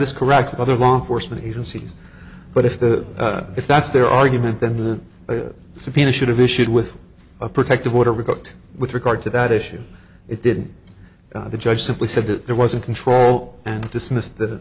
is correct other law enforcement agencies but if the if that's their argument then the subpoena should have issued with a protective order we cooked with regard to that issue it didn't the judge simply said that there wasn't control and dismissed the